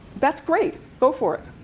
that's great. go for it.